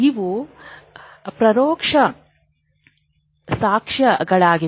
ಇವು ಪರೋಕ್ಷ ಸಾಕ್ಷ್ಯಗಳಾಗಿವೆ